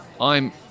I'm